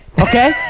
okay